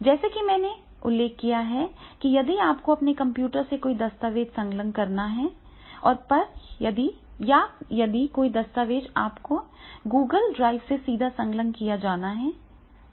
जैसा कि मैंने उल्लेख किया है कि यदि आपको अपने कंप्यूटर से कोई दस्तावेज़ संलग्न करना है या यदि कोई दस्तावेज़ आपके Google ड्राइव से सीधे संलग्न किया जाना है